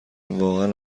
واقعا